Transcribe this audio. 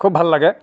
খুব ভাল লাগে